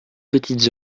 petites